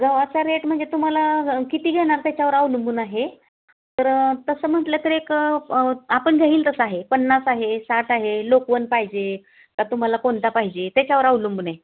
गव्हाचा रेट म्हणजे तुम्हाला किती घेणार त्याच्यावर अवलंबून आहे तर तसं म्हटलं तर एक आपण घेईल तसं आहे पन्नास आहे साठ आहे लोकवन पाहिजे का तुम्हाला कोणता पाहिजे त्याच्यावर अवलंबून आहे